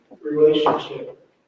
relationship